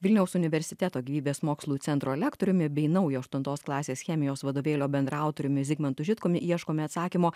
vilniaus universiteto gyvybės mokslų centro lektoriumi bei naujo aštuntos klasės chemijos vadovėlio bendraautoriumi zigmantu žitkumi ieškome atsakymo